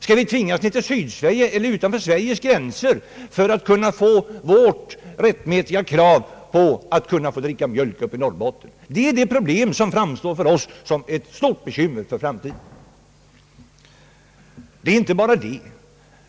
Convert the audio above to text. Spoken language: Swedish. Skall vi tvingas ned till Sydsverige eller utanför landets gränser för att få tillgodosett vårt rättmätiga krav på att kunna dricka mjölk i Norrbotten? Detta är ett problem som för oss framstår som ett stort bekymmer för framtiden. Men det är inte bara det.